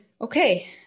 Okay